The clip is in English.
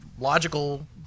logical